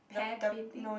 pear painting